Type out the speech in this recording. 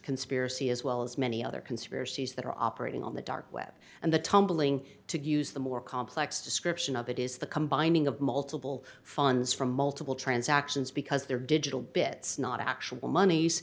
conspiracy as well as many other conspiracies that are operating on the dark web and the tumbling to use the more complex description of it is the combining of multiple funds from multiple transactions because they're digital bits not actual monies